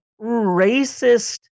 racist